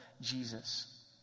Jesus